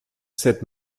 sept